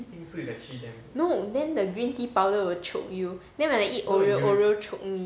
no then the green tea powder will choke you then when I eat oreo oreo choke me